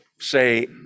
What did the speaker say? say